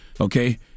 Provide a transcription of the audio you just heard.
okay